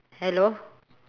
hello